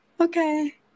Okay